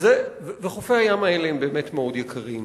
חופי הים האלה באמת מאוד יקרים.